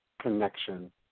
connection